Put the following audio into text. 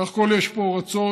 בסך הכול יש פה רצון,